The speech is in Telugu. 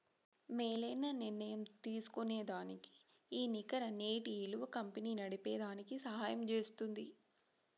మేలైన నిర్ణయం తీస్కోనేదానికి ఈ నికర నేటి ఇలువ కంపెనీ నడిపేదానికి సహయం జేస్తుంది